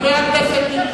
חבר הכנסת טיבי.